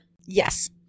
Yes